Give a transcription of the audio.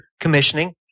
commissioning